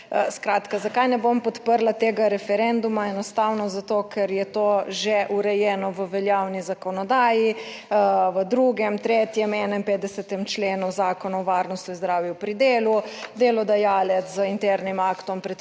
Skratka, zakaj ne bom podprla tega referenduma? Enostavno zato, ker je to že urejeno v veljavni zakonodaji, v 2., 3., 51. členu Zakona o varnosti in zdravju pri delu. Delodajalec z internim aktom predpiše